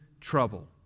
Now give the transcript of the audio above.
trouble